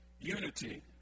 Unity